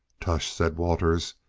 tush! said waters,